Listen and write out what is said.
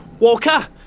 Walker